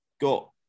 got